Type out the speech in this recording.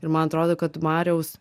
ir man atrodo kad mariaus